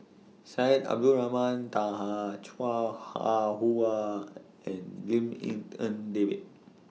Syed Abdulrahman Taha Chua Ah Huwa and Lim in En David